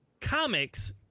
Comics